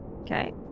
Okay